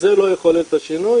השינוי,